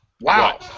Wow